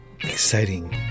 exciting